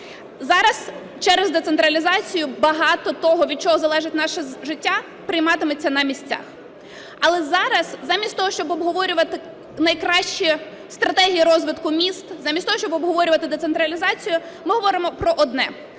Зараз через децентралізацію багато того, від чого залежить наше життя, прийматиметься на місцях. Але зараз, замість того щоб обговорювати найкращі стратегії розвитку міст, замість того щоб обговорювати децентралізацію, ми говоримо про одне: